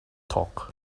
talk